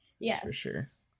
Yes